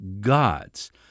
gods